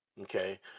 okay